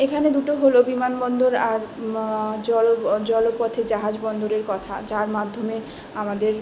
এখানে দুটো হলো বিমানবন্দর আর জল জলপথে জাহাজ বন্দরের কথা যার মাধ্যমে আমাদের